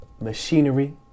machinery